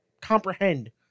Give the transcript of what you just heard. comprehend